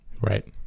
right